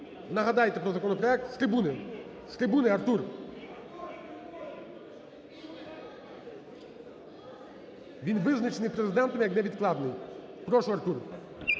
нагадайте про законопроект. З трибуни, з трибуни, Артур. Він визначений Президентом як невідкладний. Прошу, Артур.